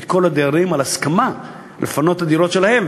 כל הדיירים על הסכמה לפנות את הדירות שלהם.